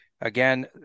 again